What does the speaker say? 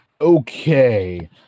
Okay